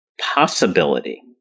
possibility